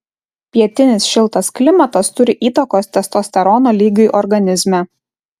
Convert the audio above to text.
pietinis šiltas klimatas turi įtakos testosterono lygiui organizme